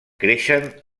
creixen